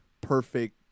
perfect